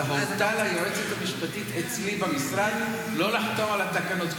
אלא הורתה ליועצת המשפטית אצלי במשרד לא לחתום על התקנות.